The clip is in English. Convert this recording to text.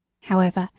however,